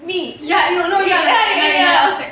ya eh no I was like